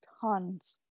tons